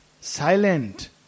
silent